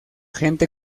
gente